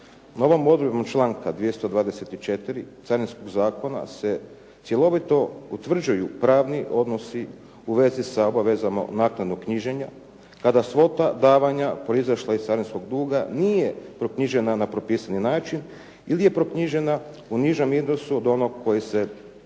Novom odredbom članka 224. Carinskog zakona se cjelovito utvrđuju pravni odnosi u vezi sa obavezama naknadnog knjiženja kada svota davanja, proizašla iz carinskog duga, nije proknjižena na propisani način ili je proknjižena u nižem iznosu od onog koji se potražuje